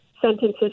sentences